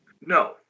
No